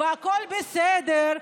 והכול בסדר,